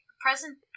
present